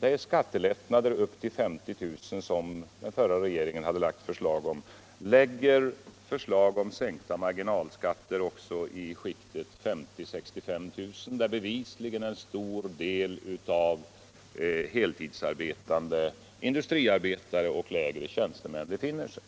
de skattelättnader på inkomster upp till 50 000 kr. som den förra regeringen hade föreslagit, lägger fram förslag om sänkta marginalskatter också i inkomstskiktet 50 000 — 63 000 kr., där bevisligen en stor del av heltidsarbetande industriarbetare och lägre tjänstemin befinner sig.